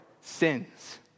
sins